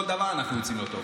בכל דבר אנחנו יוצאים לא טוב.